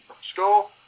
score